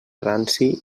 ranci